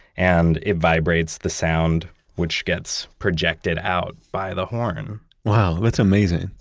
and it vibrates the sound which gets projected out by the horn wow, that's amazing.